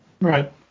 Right